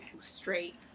straight